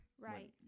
Right